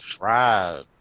Right